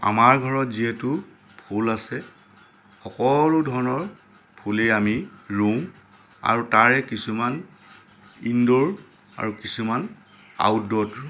আমাৰ ঘৰত যিহেতু ফুল আছে সকলো ধৰণৰ ফুলেই আমি ৰুও আৰু তাৰে কিছুমান ইণ্ড'ৰ আৰু কিছুমান আউটড'ৰত ৰুও